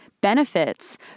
benefits